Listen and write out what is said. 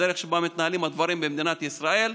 בדרך שבה מתנהלים הדברים במדינת ישראל,